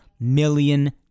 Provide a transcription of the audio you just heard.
million